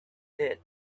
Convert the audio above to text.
pit